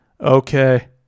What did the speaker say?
okay